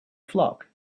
flock